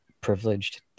privileged